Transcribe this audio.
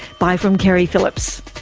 bye from keri phillips